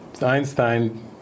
Einstein